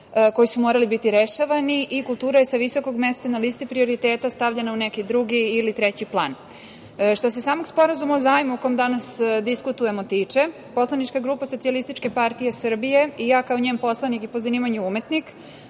koji su morali biti rešavani i kultura je sa visokog mesta na listi prioriteta stavljena u neki drugi ili treći plan. Što se samo Sporazuma o zajmu, o kojem danas diskutujemo, tiče, poslanička grupa SPS i ja kao njen poslanik i po zanimanju umetnik,